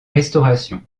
restauration